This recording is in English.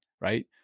right